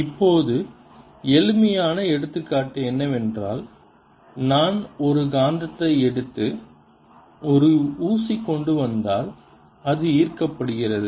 இப்போது எளிமையான எடுத்துக்காட்டு என்னவென்றால் நான் ஒரு காந்தத்தை எடுத்து ஒரு ஊசி கொண்டு வந்தால் அது ஈர்க்கப்படுகிறது